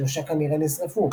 שלושה כנראה נשרפו.